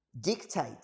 dictate